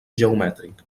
geomètric